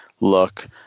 look